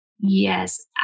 Yes